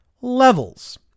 Levels